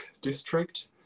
district